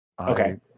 Okay